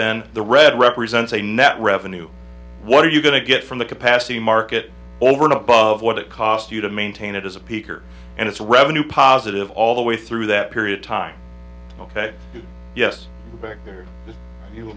then the red represents a net revenue what are you going to get from the capacity market over and above what it cost you to maintain it as a peak or and it's revenue positive all the way through that period time ok yes